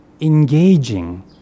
engaging